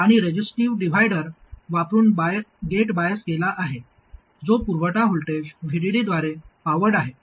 आणि resistive divider वापरुन gate bias केला आहे जो पुरवठा व्होल्टेज VDD द्वारे पॉवर्ड आहे